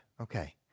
okay